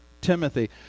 Timothy